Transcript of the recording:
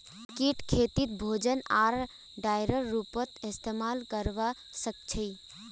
कीट खेतीक भोजन आर डाईर रूपत इस्तेमाल करवा सक्छई